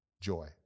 joy